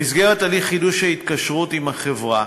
במסגרת הליך חידוש ההתקשרות עם החברה